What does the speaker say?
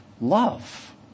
love